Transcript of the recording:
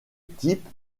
type